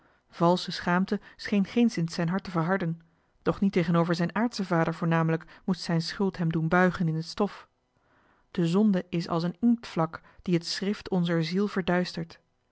valsche schaamte scheen geenszins zijn hart te verharden doch niet tegenover zijn aardschen vader voornamelijk moest zijne schuld hem doen buigen in t stof de zonde is als een inktvlak die het schrift onzer ziel verduistert